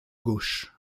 gauche